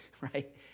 right